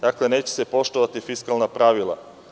Dakle, neće se poštovati fiskalna pravila.